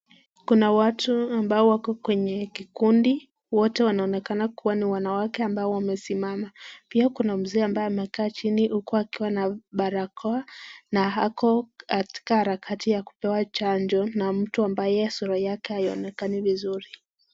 Kuna watu ambao wako kwenye kikundi, wote wanaonekana kuwa ni wanawake ambao wamesimama, pia kuna mzee ambaye amekaa jini huku akiwa na barakoa na ako katika harakati ya kupewa chanjo na mtu ambaye sura yake haionekani vizuri.